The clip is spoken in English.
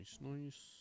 nice